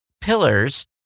pillars